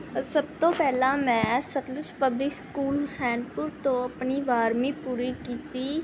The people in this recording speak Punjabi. ਸਭ ਤੋਂ ਪਹਿਲਾਂ ਮੈਂ ਸਤਲੁਜ ਪਬਲਿਕ ਸਕੂਲ ਹੁਸੈਨਪੁਰ ਤੋਂ ਆਪਣੀ ਬਾਰ੍ਹਵੀਂ ਪੂਰੀ ਕੀਤੀ